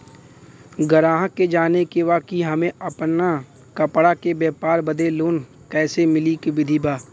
गराहक के जाने के बा कि हमे अपना कपड़ा के व्यापार बदे लोन कैसे मिली का विधि बा?